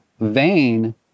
vein